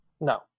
No